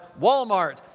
Walmart